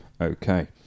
Okay